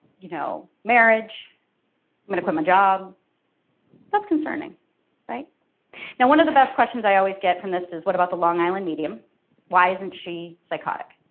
you know marriage i'm gonna quit my job that's concerning right now one of the best questions i always get from this is what about the long island me why isn't she psychotic